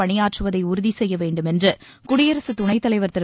பணியாற்றுவதைஉறுதிசெய்யவேண்டுமென்றுகுடியரசுதுணைத்தலைவர் திரு